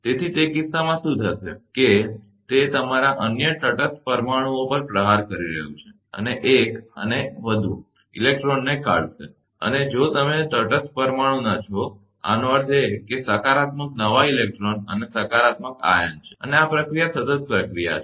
તેથી તે કિસ્સામાં શું થશે કે તે તમારા અન્ય તટસ્થ પરમાણુઓ પર પ્રહાર કરી રહ્યું છે અને એક અને વધુ ઇલેક્ટ્રોનને કાઢી નાખશે અને તમે તટસ્થ પરમાણુના છો આનો અર્થ એ કે આ સકારાત્મક નવા ઇલેક્ટ્રોન અને સકારાત્મક આયન છે અને આ પ્રક્રિયા સતત પ્રક્રિયા છે